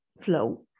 flow